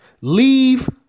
leave